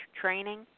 training